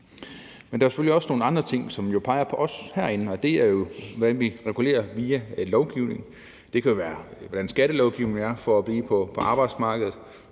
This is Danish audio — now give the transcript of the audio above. Der er selvfølgelig også nogle andre ting, som peger på os herinde. Det er, hvordan vi regulerer via lovgivning. Det kan være, hvordan skattelovgivningen er for at blive på arbejdsmarkedet,